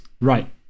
Right